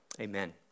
Amen